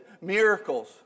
Miracles